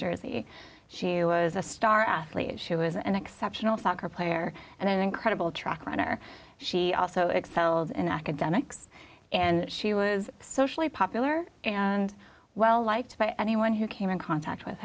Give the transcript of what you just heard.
jersey she was a star athlete she was an exceptional soccer player and then incredible track runner she also excelled in academics and she was socially popular and well liked by anyone who came in contact with